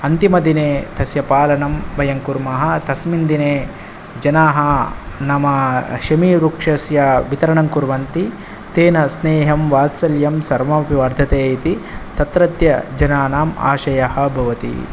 अन्तिमदिने तस्य पालनं वयं कुर्मः तस्मिन् दिने जनाः नाम शमिवृक्षस्य वितरणं कुर्वन्ति तेन स्नेहं वात्सल्यं सर्वमपि वर्धते इति तत्रत्य जनानाम् आशयः भवति